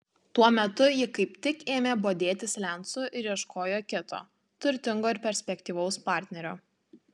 tuo metu ji kaip tik ėmė bodėtis lencu ir ieškojo kito turtingo ir perspektyvaus partnerio